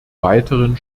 weiteren